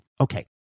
okay